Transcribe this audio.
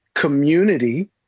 community